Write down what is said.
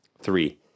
Three